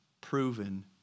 proven